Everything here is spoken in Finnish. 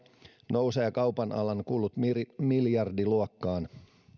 nousevat kaupan alan kulut miljardiluokkaan